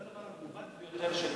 אני רוצה להגיד לך,